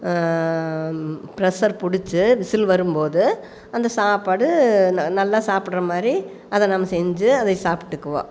pressure பிடிச்சி whistle வரும்போது அந்த சாப்பாடு நல்லா சாப்பிட்ற மாதிரி அதை நம்ம செஞ்சு அதை சாப்பிட்டுக்குவோம்